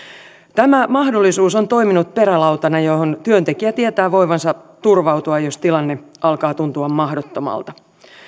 tämä mahdollisuus on toiminut perälautana johon työntekijä tietää voivansa turvautua jos tilanne alkaa tuntua mahdottomalta